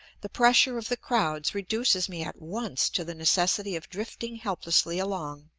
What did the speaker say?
the pressure of the crowds reduces me at once to the necessity of drifting helplessly along,